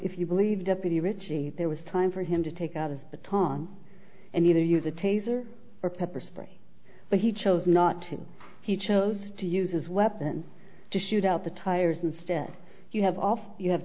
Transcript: if you believe deputy richie there was time for him to take out of the tong and either use a taser or pepper spray but he chose not to he chose to use his weapon to shoot out the tires instead you have off you have